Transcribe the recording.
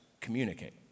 communicate